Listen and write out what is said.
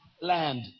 land